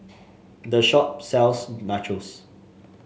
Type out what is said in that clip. the shop sells Nachos